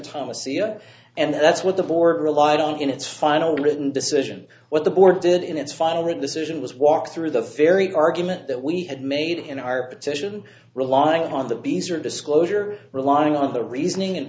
thomas e o and that's what the board relied on in its final written decision what the board did in its final that decision was walk through the fairy argument that we had made in our petition relying on the beezer disclosure relying on the reasoning and